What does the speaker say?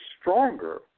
stronger